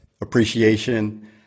appreciation